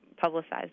publicized